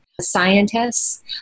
scientists